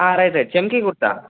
right right చమ్కీ కుర్తా